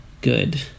good